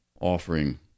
offering